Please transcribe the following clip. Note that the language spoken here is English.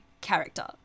character